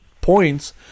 points